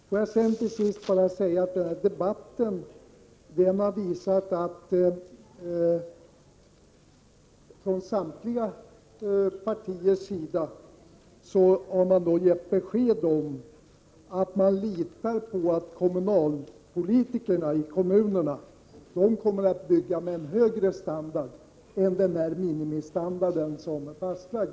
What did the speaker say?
Får jag till sist bara säga att den här debatten visat att från samtliga partiers sida har man gett besked om att man litar på att kommunalpolitikerna, således politikerna ute i kommunerna, kommer att bygga med en högre standard än den minimistandard som är fastlagd.